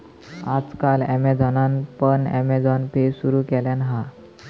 आज काल ॲमेझॉनान पण अँमेझॉन पे सुरु केल्यान हा